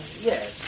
yes